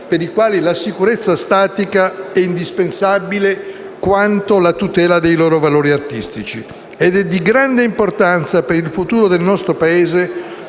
per i quali la sicurezza statica è indispensabile quanto la tutela dei loro valori artistici. Di grande importanza per il futuro del nostro Paese